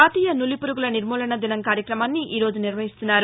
జాతీయ నులిపురుగుల నిర్మూలనా దినం కార్యక్రమాన్ని ఈరోజు నిర్వహిస్తున్నారు